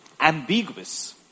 ambiguous